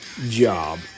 job